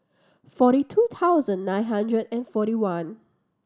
forty two thousand nine hundred and forty one